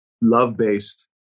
Love-based